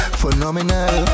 phenomenal